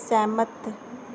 ਸਹਿਮਤ